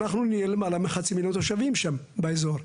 אנחנו נהיה למעלה מחצי מיליון תושבים שם באזור.